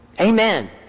Amen